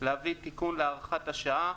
להביא תיקון להארכת השעה